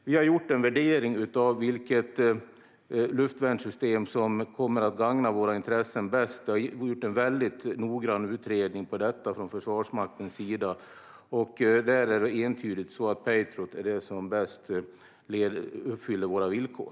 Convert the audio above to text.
Vi har gjort en värdering av vilket luftvärnssystem som kommer att gagna våra intressen bäst. Försvarsmakten har gjort en mycket noggrann utredning av detta, och den visar entydigt att Patriot är det system som bäst uppfyller våra villkor.